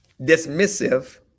Dismissive